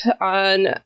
on